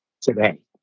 today